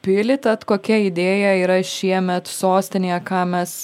pilį tad kokia idėja yra šiemet sostinėje ką mes